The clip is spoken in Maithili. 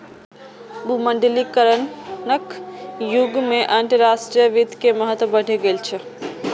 भूमंडलीकरणक युग मे अंतरराष्ट्रीय वित्त के महत्व बढ़ि गेल छै